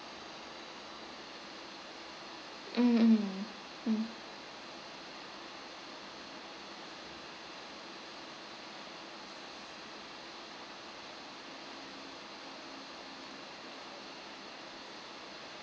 mm mm mm